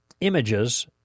images